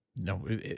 No